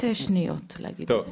שניות להגיד את דבריך.